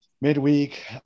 Midweek